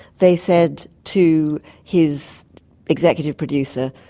they said to his executive producer,